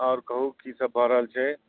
आओर कहू की सब भऽ रहल छै